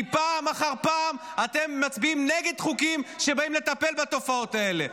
כי פעם אחר פעם אתם מצביעים נגד חוקים שבאים לטפל בתופעות האלה.